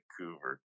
vancouver